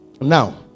Now